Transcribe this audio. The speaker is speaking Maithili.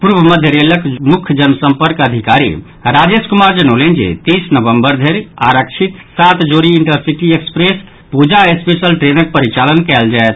पूर्व मध्य रेलक मुख्य जनसंपर्क अधिकारी राजेश कुमार जनौलनि जे तीस नवम्बर धरि आरक्षित सात जोड़ी इंटरसिटी एक्प्रेस पूजा स्पेशल ट्रेनक परिचालन कयल जायत